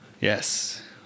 Yes